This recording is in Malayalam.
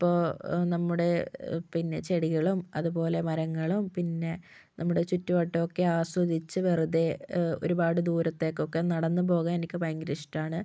ഇപ്പോൾ നമ്മുടെ പിന്നെ ചെടികളും അതുപോലെ മരങ്ങളും പിന്നെ നമ്മുടെ ചുറ്റുവട്ടം ഒക്കെ ആസ്വദിച്ച് വെറുതെ ഒരുപാട് ദൂരത്തേക്ക് ഒക്കെ നടന്ന് പോകാൻ എനിക്ക് ഭയങ്കര ഇഷ്ടമാണ്